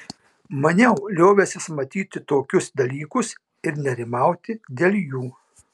maniau liovęsis matyti tokius dalykus ir nerimauti dėl jų